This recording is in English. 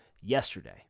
yesterday